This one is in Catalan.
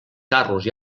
carros